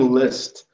list